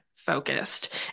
focused